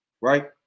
right